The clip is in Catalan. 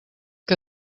que